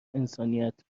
انسانیت